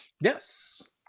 yes